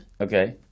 Okay